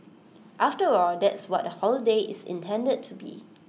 after all that's what A holiday is intended to be